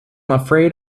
afraid